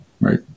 Right